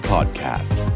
Podcast